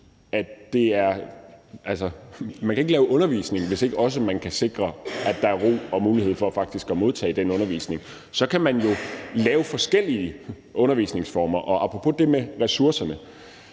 at man ikke kan lave undervisning, hvis man ikke også kan sikre, at der er ro og mulighed for faktisk at modtage den undervisning. Så kan man jo lave forskellige undervisningsformer, og apropos det med ressourcerne